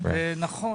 נכון.